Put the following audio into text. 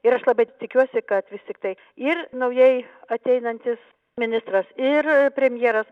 ir aš labai tikiuosi kad vis tiktai ir naujai ateinantis ministras ir premjeras